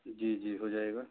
जी जी हो जाएगा